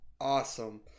Awesome